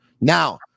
Now